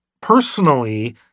personally